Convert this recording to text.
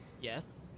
Yes